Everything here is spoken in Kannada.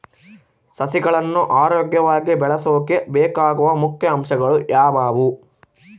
ಸಸಿಗಳನ್ನು ಆರೋಗ್ಯವಾಗಿ ಬೆಳಸೊಕೆ ಬೇಕಾಗುವ ಮುಖ್ಯ ಅಂಶಗಳು ಯಾವವು?